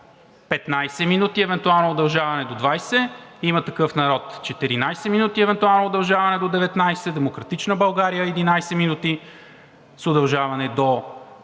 15 минути, евентуално удължаване до 20 минути. „Има такъв народ“ – 14 минути, евентуално удължаване до 20 минути. „Демократична България“ – 11 минути с удължаване до